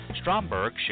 Stromberg